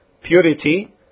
purity